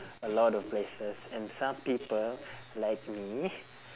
a lot of places and some people like me